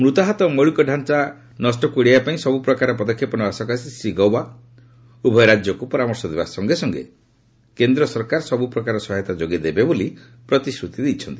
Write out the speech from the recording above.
ମୃତାହତ ଓ ମୌଳିକ ଡାଞ୍ଚା ନଷ୍ଟକୁ ଏଡାଇବା ପାଇଁ ସବୁ ପ୍ରକାର ପଦକ୍ଷେପ ନେବା ସକାଶେ ଶ୍ରୀ ଗୌବା ଉଭୟ ରାଜ୍ୟକୁ ପରାମର୍ଶ ଦେବା ସଙ୍ଗେ ସଙ୍ଗେ କେନ୍ଦ୍ରସରକାର ସବୁ ପ୍ରକାର ସହାୟତା ଯୋଗାଇଦେବେ ବୋଲି ପ୍ରତିଶ୍ରତି ଦେଇଛନ୍ତି